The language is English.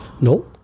No